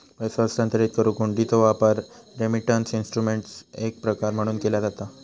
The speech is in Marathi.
पैसो हस्तांतरित करुक हुंडीचो वापर रेमिटन्स इन्स्ट्रुमेंटचो एक प्रकार म्हणून केला जाता